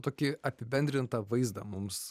tokį apibendrintą vaizdą mums